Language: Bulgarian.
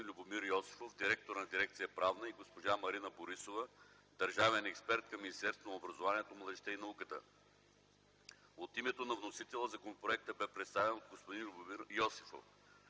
Любомир Йосифов – директор на дирекция „Правна”, и госпожа Марина Борисова – държавен експерт в Министерството на образованието, младежта и науката. От името на вносителя законопроектът бе представен от господин Любомир Йосифов.